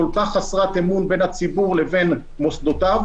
כל כך חסרת אמון בין הציבור לבין מוסדותיו,